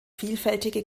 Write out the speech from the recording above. vielfältige